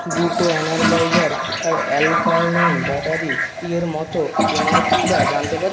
দুটো এনারজাইজার বা অ্যালকাইলাইন ব্যাটারির ই এর মতো এম আর পিটা জানতে পারি